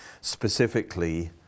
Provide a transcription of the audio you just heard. specifically